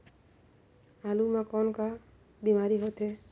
आलू म कौन का बीमारी होथे?